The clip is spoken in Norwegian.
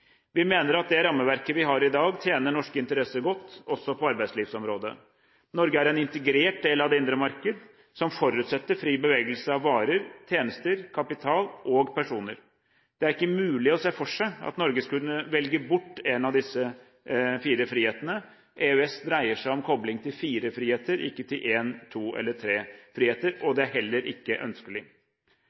Vi mener at det rammeverket vi har i dag, tjener norske interesser godt – også på arbeidslivsområdet. Norge er en integrert del av det indre marked, som forutsetter fri bevegelse av varer, tjenester, kapital og personer. Det er ikke mulig å se for seg at Norge skulle velge bort en av disse fire frihetene. EØS dreier seg om kobling til fire friheter, ikke til én, to eller tre friheter, og det er heller ikke ønskelig.